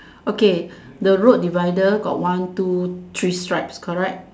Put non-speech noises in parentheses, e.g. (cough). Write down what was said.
(breath) okay the road divider got one two three stripes correct